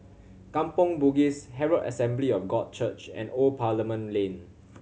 Kampong Bugis Herald Assembly of God Church and Old Parliament Lane